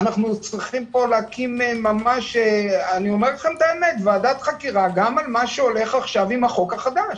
אנחנו צריכים ממש להקים ועדת חקירה גם על מה שהולך עכשיו עם החוק החדש.